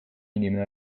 inimene